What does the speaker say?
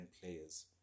players